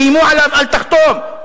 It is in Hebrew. איימו עליו: אל תחתום,